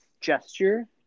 gesture